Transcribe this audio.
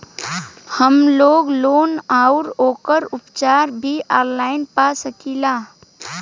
हमलोग रोग अउर ओकर उपचार भी ऑनलाइन पा सकीला?